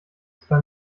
zwei